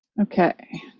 Okay